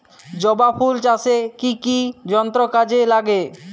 জবা ফুল চাষে কি কি যন্ত্র কাজে লাগে?